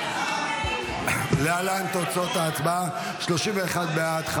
להלן תוצאות ההצבעה: 31 בעד,